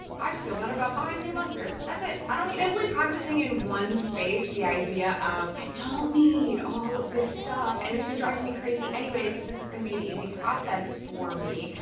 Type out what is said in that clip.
i just feel better about buying new mustard. that's it, i don't need it. simply practicing in one space the idea of i don't need all of this stuff, and it's been driving me crazy anyway so this is gonna be an easy process for me,